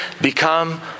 Become